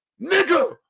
nigga